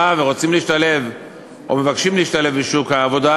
ורוצים או מבקשים להשתלב בשוק העבודה,